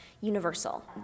universal